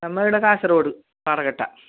നമ്മൾ ഇവിടെ കാസർഗോഡ് പാറക്കട്ട